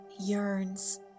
yearns